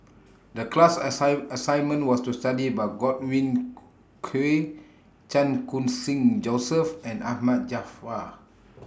The class assign assignment was to study about Godwin Koay Chan Khun Sing Joseph and Ahmad Jaafar